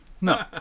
No